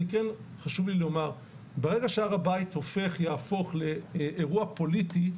חשוב לי לומר שברגע שהר הבית יהפוך לאירוע פוליטי,